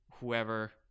whoever